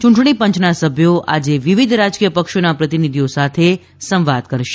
યૂંટણી પંચના સભ્યો આજે વિવિધ રાજકીય પક્ષોના પ્રતિનિધિઓ સાથે સંવાદ કરશે